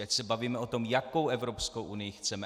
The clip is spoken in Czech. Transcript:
Ať se bavíme o tom, jakou Evropskou unii chceme.